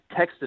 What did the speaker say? texted